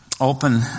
open